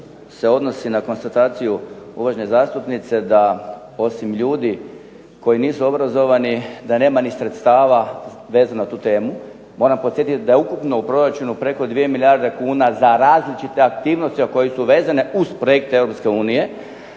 se odnosi na konstataciju uvažene zastupnice da osim ljudi koji nisu obrazovani da nema ni sredstava vezana za tu temu. Moram podsjetiti da je ukupno u proračunu preko 2 milijarde kuna za različite aktivnosti a koje su vezani uz projekte